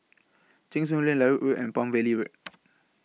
Cheng Soon Lane Larut Road and Palm Valley Road